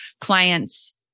clients